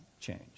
change